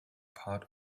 part